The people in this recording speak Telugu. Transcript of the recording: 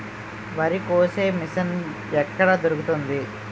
వరి కోసే మిషన్ ఎక్కడ దొరుకుతుంది?